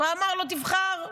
ואמר לו: תבחר.